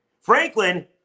Franklin